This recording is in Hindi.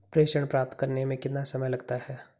प्रेषण प्राप्त करने में कितना समय लगता है?